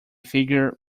figure